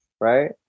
right